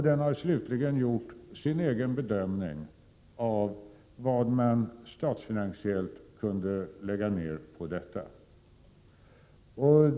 Den har slutligen gjort sin egen bedömning av hur mycket man statsfinansiellt kunde lägga ner på en reform.